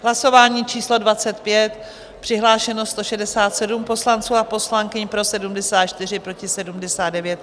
Hlasování číslo 25, přihlášeno 167 poslanců a poslankyň, pro 74, proti 79.